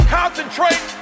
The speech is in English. concentrate